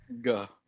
Go